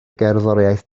gerddoriaeth